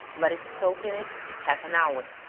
let it soak in it half an hour,